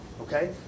Okay